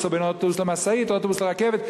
או בין אוטובוס למשאית או אוטובוס לרכבת,